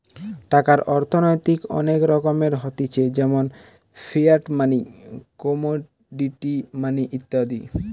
টাকার অর্থনৈতিক অনেক রকমের হতিছে যেমন ফিয়াট মানি, কমোডিটি মানি ইত্যাদি